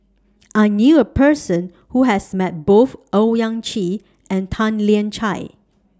I knew A Person Who has Met Both Owyang Chi and Tan Lian Chye